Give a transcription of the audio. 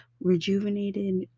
rejuvenated